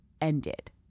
Ended